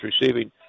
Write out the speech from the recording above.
receiving